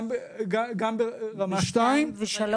ב-2 וב-3.